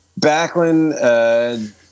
Backlund